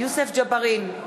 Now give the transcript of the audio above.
יוסף ג'בארין,